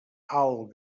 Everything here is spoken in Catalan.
alt